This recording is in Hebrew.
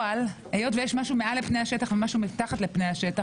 היות ויש משהו מעל לפני השטח ומשהו מתחת לפני השטח,